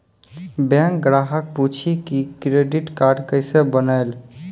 Bank ग्राहक पुछी की क्रेडिट कार्ड केसे बनेल?